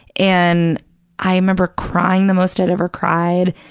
and i remember crying the most i'd ever cried.